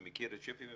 אני מכיר את שפ"י.